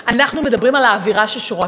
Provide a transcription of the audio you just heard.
אנחנו מדברים על האווירה ששורה כאן.